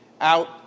out